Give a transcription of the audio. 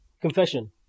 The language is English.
Confession